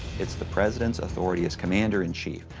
it's the president's authority as commander-in chief,